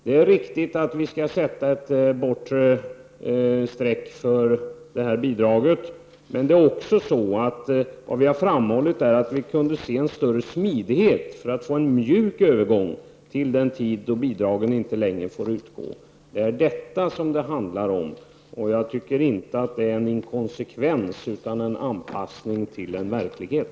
Det är riktigt att vi skall sätta en bortre gräns för det här bidraget, men vad vi har framhållit är att vi skulle vilja se en större smidighet för att på så sätt kunna få en mjuk övergång till den tid då bidragen inte längre får utgå. Det är detta som det handlar om, och jag tycker inte att det är en inkonsekvens, utan en anpassning till en verklighet.